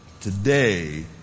Today